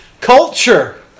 culture